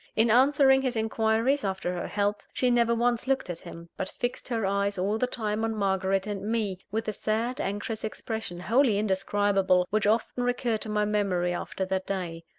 in answering his inquiries after her health, she never once looked at him but fixed her eyes all the time on margaret and me, with a sad, anxious expression, wholly indescribable, which often recurred to my memory after that day.